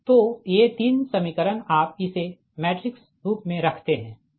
तो ये तीन समीकरण आप इसे मैट्रिक्स रूप में रखते है